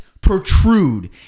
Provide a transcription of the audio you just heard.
protrude